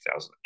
2008